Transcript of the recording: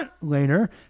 later